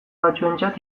batzuentzat